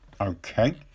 Okay